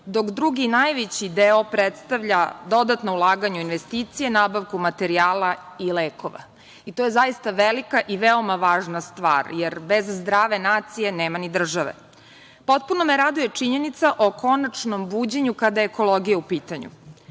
dok drugi najveći deo predstavlja dodatna ulaganja u investicije, nabavku materijala i lekova. To je zaista velika i veoma važna stvar, jer bez zdrave nacije nema ni države. Potpuno me raduje činjenica o konačnom buđenju kada je ekologija u pitanju.